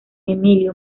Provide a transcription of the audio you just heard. emilio